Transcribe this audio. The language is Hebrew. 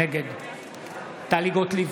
נגד טלי גוטליב,